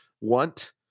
want